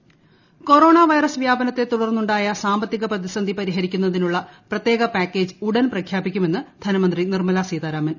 Nirmala Sitharaman corona virus വ്യാപനത്തെ തുടർന്നുണ്ടായ സാമ്പത്തിക പ്രതിസന്ധി പരിഹരിക്കുന്നതിനുള്ള പ്രത്യേക പാക്കേജ് ഉടൻ പ്രഖ്യാപിക്കുമെന്ന് ധനമന്ത്രി നിർമല സീതാരാമൻ